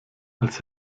als